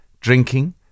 drinking